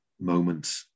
moment